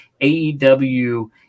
AEW